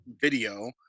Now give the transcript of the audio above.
video